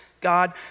God